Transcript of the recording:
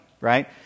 right